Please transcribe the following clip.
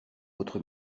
votre